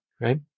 Right